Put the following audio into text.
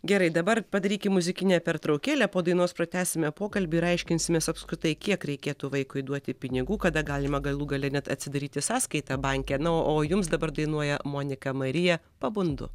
gerai dabar padarykim muzikinę pertraukėlę po dainos pratęsime pokalbį ir aiškinsimės apskritai kiek reikėtų vaikui duoti pinigų kada galima galų gale net atsidaryti sąskaitą banke na o o jums dabar dainuoja monika marija pabundu